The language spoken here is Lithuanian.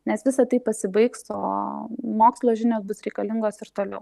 nes visa tai pasibaigs o mokslo žinios bus reikalingos ir toliau